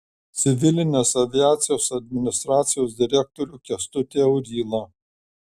civilinės aviacijos administracijos direktorių kęstutį aurylą